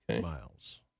miles